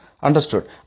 Understood